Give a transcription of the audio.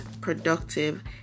productive